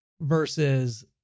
versus